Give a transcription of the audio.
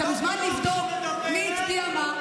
אתה מוזמן לבדוק מי הצביע מה.